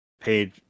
paid